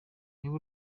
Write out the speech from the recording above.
niba